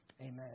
amen